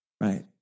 Right